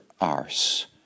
arse